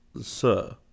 Sir